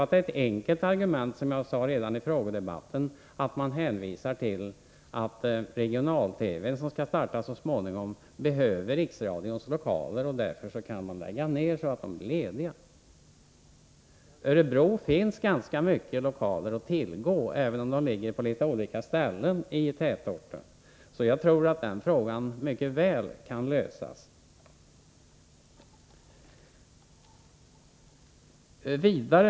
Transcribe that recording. Som jag redan tidigare har sagt tycker jag att det är ett enkelt argument att hänvisa till att regional-TV:n, som skall startas så småningom, behöver Riksradions lokaler och att produktionen i distrikten därför måste läggas ned så att lokalerna blir lediga. I Örebro finns ganska många lokaler att tillgå, även om de ligger på litet olika ställen i tätorten. Så jag tror att lokalfrågan mycket väl kan lösas.